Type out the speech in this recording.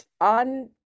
on